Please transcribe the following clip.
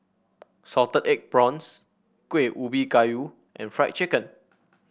Salted Egg Prawns Kuih Ubi Kayu and Fried Chicken